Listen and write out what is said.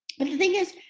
but the thing is,